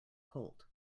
colt